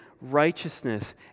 righteousness